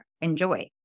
enjoy